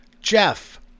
Jeff